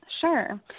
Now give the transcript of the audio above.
Sure